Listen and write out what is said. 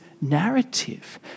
narrative